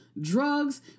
drugs